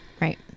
right